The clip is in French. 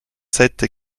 sept